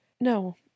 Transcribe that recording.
No